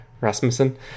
Rasmussen